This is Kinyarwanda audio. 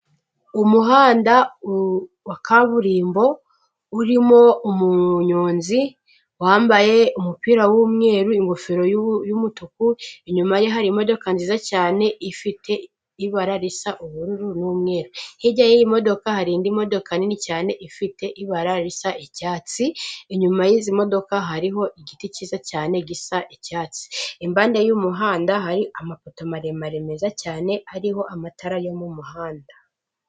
Umuhanda wa kaburimbo urimo umunyonzi wambaye umupira w'umweru, ingofero y'umutuku, inyuma ye hari imodoka nziza cyane ifite ibara risa ubururu n'umweru. Hirya y'iyi modoka hari indi modoka nini cyane ifite ibara risa icyatsi, inyuma y'izi modoka hariho igiti cyiza cyane gisa icyatsi. Impande y'umuhanda hari amapoto maremare meza cyane ariho amatara yo mu muhanda.